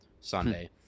Sunday